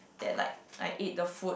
that like I ate the food